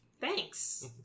Thanks